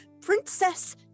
Princess